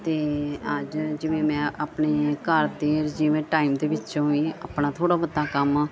ਅਤੇ ਅੱਜ ਜਿਵੇਂ ਮੈਂ ਆਪਣੇ ਘਰ ਦੇ ਜਿਵੇਂ ਟਾਈਮ ਦੇ ਵਿੱਚੋਂ ਹੀ ਆਪਣਾ ਥੋੜ੍ਹਾ ਬਹੁਤਾ ਕੰਮ